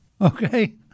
Okay